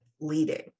leading